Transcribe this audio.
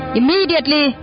immediately